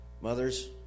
Mothers